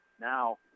Now